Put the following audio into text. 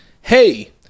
Hey